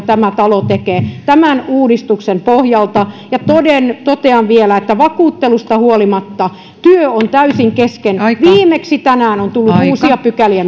tämä talo tekee tämän uudistuksen pohjalta ja totean vielä että vakuuttelusta huolimatta työ on täysin kesken viimeksi tänään on tullut uusia pykäliä